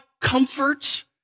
comfort